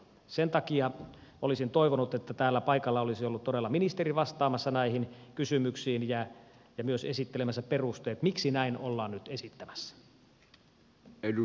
sen takia olisin toivonut että täällä paikalla olisi ollut todella ministeri vastaamassa näihin kysymyksiin ja myös esittelemässä perusteet miksi näin ollaan nyt esittämässä